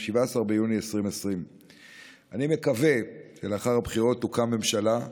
17 ביוני 2020. אני מקווה שלאחר הבחירות תוקם ממשלה,